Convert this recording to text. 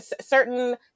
certain